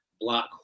black